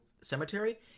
cemetery